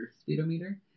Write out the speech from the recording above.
Speedometer